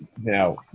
now